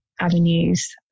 avenues